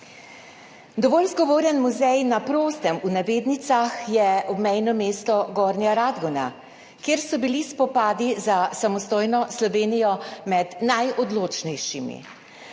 Dovolj zgovoren muzej na prostem, v navednicah, je obmejno mesto Gornja Radgona, kjer so bili spopadi za samostojno Slovenijo med najodločnejšimi.